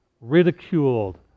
ridiculed